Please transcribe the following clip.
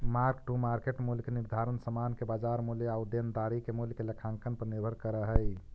mark to market मूल्य के निर्धारण समान के बाजार मूल्य आउ देनदारी के मूल्य के लेखांकन पर निर्भर करऽ हई